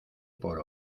por